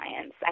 science